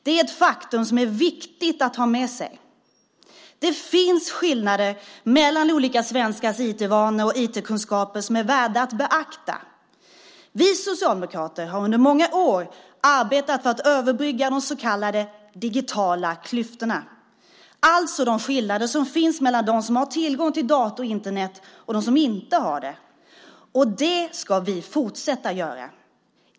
Det är ett faktum som är viktigt att känna till. Det finns skillnader mellan olika svenskars IT-vanor och IT-kunskaper som är värda att beakta. Vi socialdemokrater har under många år arbetat för att överbrygga de så kallade digitala klyftorna, alltså de skillnader som finns mellan dem som har tillgång till dator och Internet och dem som inte har det. Det ska vi fortsätta göra.